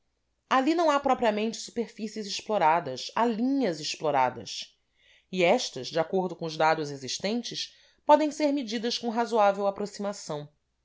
ali não há propriamente superfícies exploradas há linhas exploradas e estas de acordo com os dados existentes podem ser medidas com razoável aproximação